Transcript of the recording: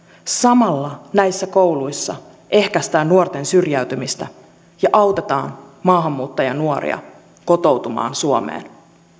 samalla näissä kouluissa ehkäistään nuorten syrjäytymistä ja autetaan maahanmuuttajanuoria kotoutumaan suomeen